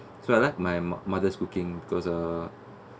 so I let my mother cooking because uh